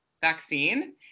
vaccine